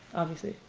obviously.